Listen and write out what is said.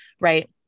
Right